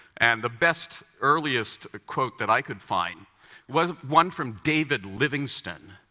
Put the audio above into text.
and the best, earliest quote that i could find was one from david livingstone,